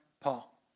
Paul